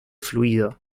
fluido